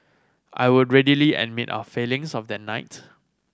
I would readily admit our failings of that night